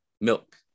Milk